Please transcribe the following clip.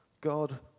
God